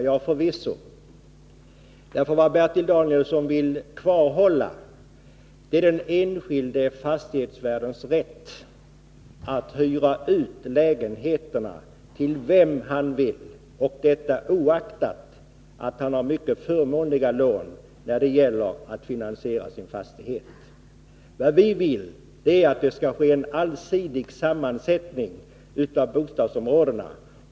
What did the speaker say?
Ja, vad Bertil Danielsson vill bibehålla är den enskilde fastighetsvärdens rätt att hyra ut lägenheterna till vem han vill, och detta oaktat att han har mycket förmånliga lån när det gäller att finansiera fastigheten. Vi vill att det skall vara en allsidig befolkningssammansättning i bostadsområdena.